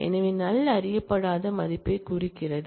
எனவே நல்அறியப்படாத மதிப்பைக் குறிக்கிறது